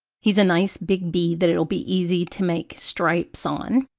he's a nice big bee that it'll be easy to make stripes on,